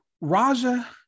Raja